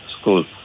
school